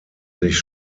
sich